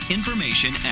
information